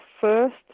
first